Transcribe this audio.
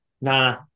Nah